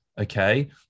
okay